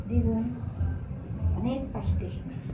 দ্বিগুণ অনেক পাখি দেখেছি